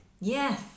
Yes